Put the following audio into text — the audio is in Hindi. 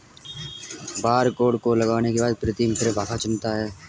बारकोड को लगाने के बाद प्रीतम फिर भाषा चुनता है